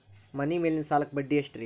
ಮನಿ ಮೇಲಿನ ಸಾಲಕ್ಕ ಬಡ್ಡಿ ಎಷ್ಟ್ರಿ?